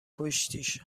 کشتیش